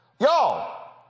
y'all